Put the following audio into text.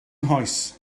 nghoes